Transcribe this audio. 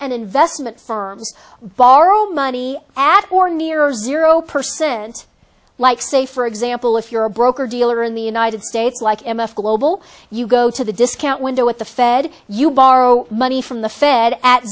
and investment firms borrow money at or near zero percent like say for example if you're a broker dealer in the united states like m f global you go to the discount window at the fed you borrow money from the fed at